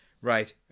Right